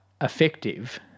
effective